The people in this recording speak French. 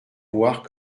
voir